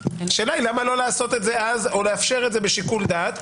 השאלה מה לא לעשות את זה אז או לאפשר את זה בשיקול דעת?